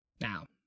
Now